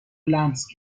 لمس